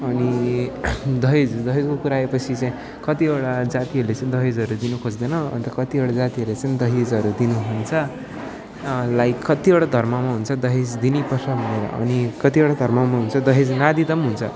अनि दहेज दहेजको कुरा आएपछि चाहिँ कतिवटा जातिहरूले चाहिँ दहेजहरू दिन खोज्दैन अन्त कतिवटा जातिहरूले चाहिँ दहेजहरू दिनुहुन्छ लाइक कतिवटा धर्ममा हुन्छ दहेज दिनैपर्छ भनेर अनि कतिवटा धर्ममा हुन्छ दहेज नदिँदा पनि हुन्छ